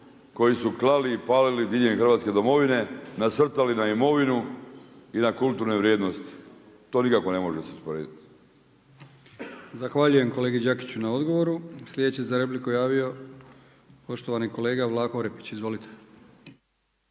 koji su klali i palili diljem Hrvatske domovine, nasrtali na imovinu i na kulturne vrijednosti, to se nikako ne može usporediti. **Brkić, Milijan (HDZ)** Zahvaljujem kolegi Đakiću na odgovoru. Sljedeći se za repliku javio poštovani kolega Vlaho Orepić. Izvolite.